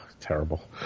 terrible